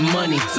money